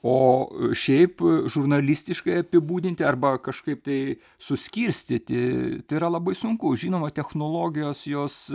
o šiaip žurnalistiškai apibūdinti arba kažkaip tai suskirstyti tai yra labai sunku žinoma technologijos jos